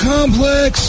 Complex